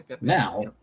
Now